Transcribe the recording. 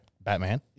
Batman